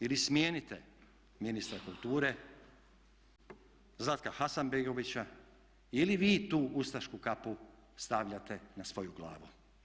Ili smijenite ministra kulture Zlatka Hasanbegovića ili vi tu ustašku kapu stavljate na svoju glavu.